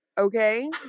okay